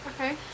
okay